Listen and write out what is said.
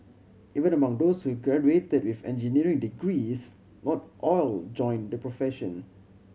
even among those who graduated with engineering degrees not all joined the profession